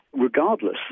Regardless